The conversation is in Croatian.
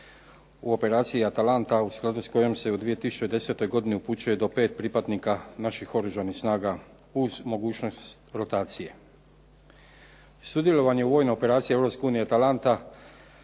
u Operaciji „Atalanta“ u skladu s kojom se u 2010. godini upućuje do pet pripadnika naših Oružanih snaga uz mogućnost rotacije. Sudjelovanje u Vojnoj operaciji Europske